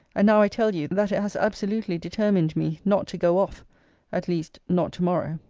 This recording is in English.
and now i tell you, that it has absolutely determined me not to go off at least not to-morrow.